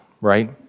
right